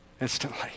instantly